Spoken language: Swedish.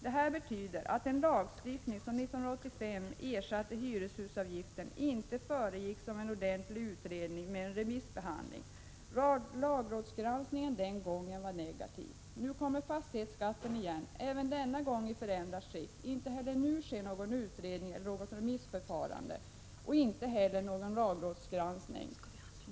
Detta betyder att den lagstiftning som 1985 ersatte hyreshusavgiften inte föregicks av en ordentlig utredning med ett remissförfarande. Lagrådsgranskningen den gången var negativ. Nu kommer fastighetsskatten igen, även denna gång i förändrat skick. Inte heller nu sker någon utredning eller något remissförfarande, och inte heller någon lagrådsgranskning.